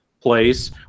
place